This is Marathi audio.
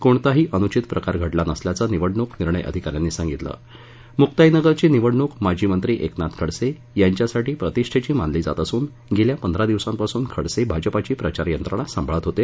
कोणताही अनुचित प्रकार घडला नसल्याचं निवडणूक निर्णय अधिकाऱ्यांनी सांगितले मुक्ताईनगरची निवडणुक माजी मंत्री एकनाथ खडसे यांच्यासाठी प्रतिष्ठेची मानली जात असून गेल्या पंधरा दिवसांपासून खडसे भाजपाची प्रचार यंत्रणा सांभाळत होते